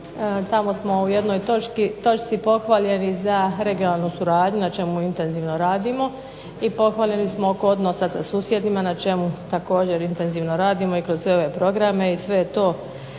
tamo smo u jednoj točci pohvaljeni za regionalnu suradnju na čemu intenzivno radimo i pohvaljeni smo oko odnosa sa susjedima na čemu također intenzivno radimo i kroz sve ove programe i sve je